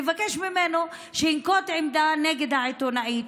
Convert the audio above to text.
ולבקש ממנו שינקוט עמדה נגד העיתונאית,